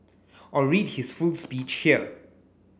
or read his full speech here